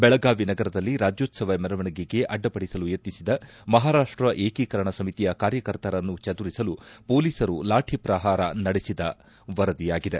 ಬೆಳಗಾವಿ ನಗರದಲ್ಲಿ ರಾಜ್ಯೋತ್ವವ ಮೆರವಣಿಗೆಗೆ ಅಡ್ಡಿಪಡಿಸಲು ಯತ್ನಿಸಿದ ಮಹಾರಾಷ್ಷ ಏಕೀಕರಣ ಸಮಿತಿಯ ಕಾರ್ಯಕರ್ತರನ್ನು ಚದುರಿಸಲು ಮೊಲೀಸರು ಲಾಠಿ ಪ್ರಹಾರ ನಡೆಸಿದ ವರದಿಯಾಗಿದೆ